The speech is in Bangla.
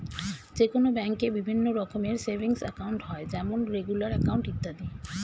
যে কোনো ব্যাঙ্কে বিভিন্ন রকমের সেভিংস একাউন্ট হয় যেমন রেগুলার অ্যাকাউন্ট, ইত্যাদি